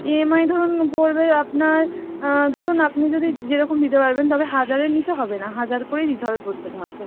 EMI ধরুন পড়বে আপনার ধরুন আপনি যদি যেরকম দিতে পারবেন তবে হাজারের নিচে হবে না হাজার করেই দিতে হবে প্রত্যেক মাসে